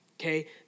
Okay